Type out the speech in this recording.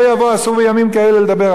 אסור בימים כאלה לדבר עליהם,